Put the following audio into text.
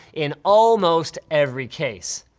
in almost every case.